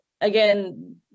again